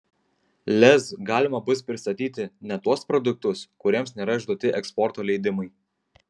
lez galima bus pristatyti net tuos produktus kuriems nėra išduoti eksporto leidimai